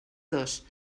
dos